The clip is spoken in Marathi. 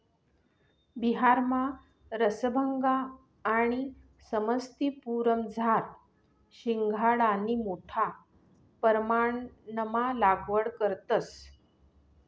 बिहारमा रसभंगा आणि समस्तीपुरमझार शिंघाडानी मोठा परमाणमा लागवड करतंस